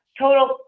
total